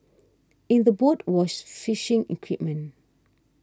in the boat was fishing equipment